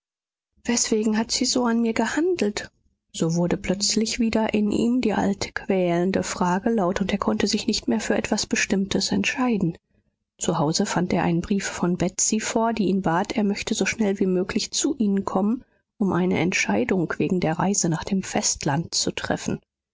weswegen hat sie so an mir gehandelt so wurde plötzlich wieder in ihm die alte quälende frage laut und er konnte sich nicht mehr für etwas bestimmtes entscheiden zu hause fand er einen brief von betsy vor die ihn bat er möchte so schnell wie möglich zu ihnen kommen um eine entscheidung wegen der reise nach dem festland zu treffen